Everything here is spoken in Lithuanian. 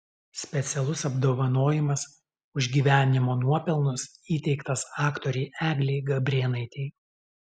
specialus apdovanojimas už gyvenimo nuopelnus įteiktas aktorei eglei gabrėnaitei